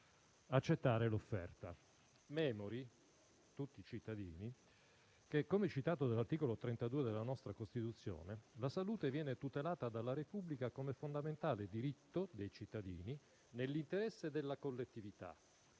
accettare l'offerta, memori, tutti i cittadini, che, come citato nell'articolo 32 della nostra Costituzione, la salute viene tutelata dalla Repubblica come fondamentale diritto dei cittadini, nell'interesse della collettività.